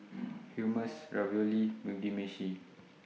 Hummus Ravioli Mugi Meshi